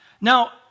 Now